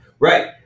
Right